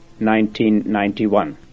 1991